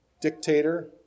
dictator